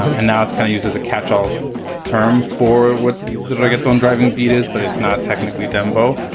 and now it's kind of used as a catchall term for what the record thone driving beat is. but it's not technically dembo